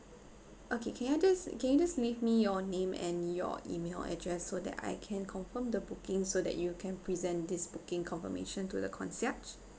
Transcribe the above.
okay can I just can you just leave me your name and your email address so that I can confirm the booking so that you can present this booking confirmation to the concierge